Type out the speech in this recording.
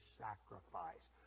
sacrifice